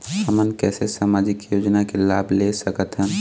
हमन कैसे सामाजिक योजना के लाभ ले सकथन?